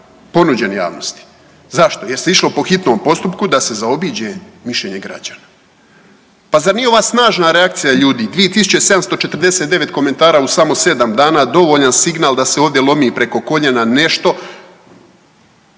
ponuđen javnosti. Zašto? Jer se išlo po hitnom postupku da se zaobiđe mišljenje građana. Pa zar nije ova snažna reakcija ljudi 2749 komentara u samo 7 dana dovoljan signal da se ovdje lomi preko koljena nešto